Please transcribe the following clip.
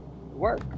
work